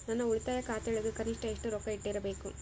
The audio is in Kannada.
ನನ್ನ ಉಳಿತಾಯ ಖಾತೆಯೊಳಗ ಕನಿಷ್ಟ ಎಷ್ಟು ರೊಕ್ಕ ಇಟ್ಟಿರಬೇಕು?